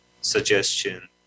suggestion